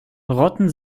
rotten